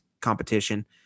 competition